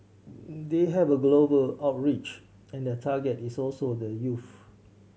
they have a global outreach and their target is also the youth